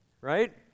Right